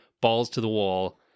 balls-to-the-wall